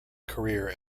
career